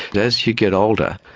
as you get older,